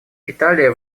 италия